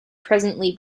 presently